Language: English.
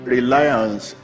Reliance